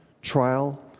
trial